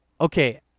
Okay